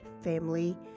family